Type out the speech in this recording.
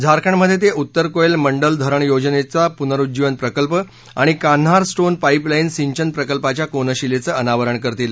झारखंडमध्ये ते उत्तर कोएल मंडल धरण योजनेचा पुनरूज्जीवन प्रकल्प आणि कान्हार स्टोन पा पिलाईन सिंचन प्रकल्पाच्या कोनशिलेचं अनावरण करतील